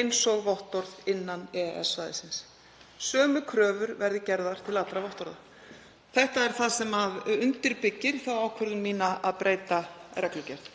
eins og vottorð innan EES-svæðisins. Sömu kröfur verði gerðar til allra vottorða.“ Þetta er það sem undirbyggir þá ákvörðun mína að breyta reglugerð